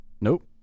nope